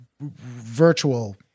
virtual